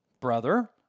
brother